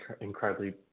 incredibly